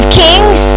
kings